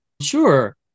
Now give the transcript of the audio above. Sure